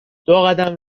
دوقدم